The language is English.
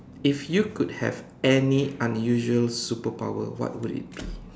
if you could have any unusual superpower what will it be